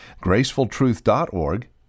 gracefultruth.org